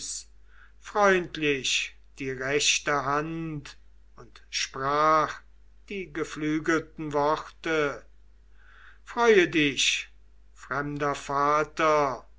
freundlich die rechte hand und sprach die geflügelten worte freue dich fremder vater